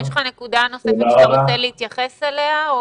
יש לך נקודה נוספת שאתה רוצה להתייחס אליה?